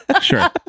Sure